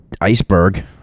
iceberg